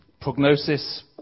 prognosis